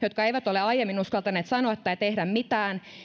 jotka eivät ole aiemmin uskaltaneet sanoa tai tehdä mitään